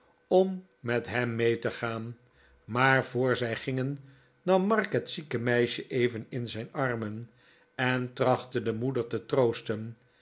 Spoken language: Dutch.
om met hem mee te gaan maar voor zij gingen nam mark het zieke meisje even in zijn armen en trachtte de moeder te troosten